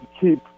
keep